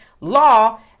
law